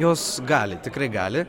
jos gali tikrai gali